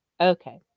okay